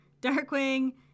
Darkwing